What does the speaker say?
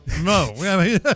No